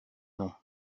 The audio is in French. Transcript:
nom